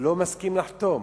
לא מסכים לחתום.